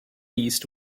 east